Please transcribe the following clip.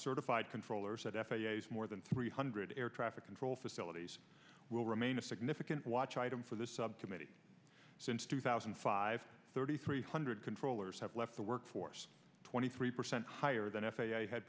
certified controllers at f a s more than three hundred air traffic control facilities will remain a significant watch item for the subcommittee since two thousand and five thirty three hundred controllers have left the workforce twenty three percent higher than f a a had